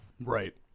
right